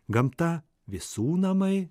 gamta visų namai